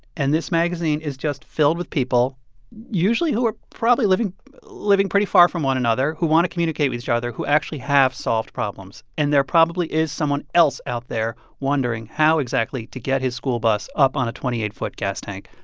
and this magazine is just filled with people usually who are probably living living pretty far from one another who want to communicate with each other, who actually have solved problems. and there probably is someone else out there wondering how exactly to get his school bus up on a twenty eight foot gas tank.